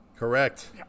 correct